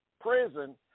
prison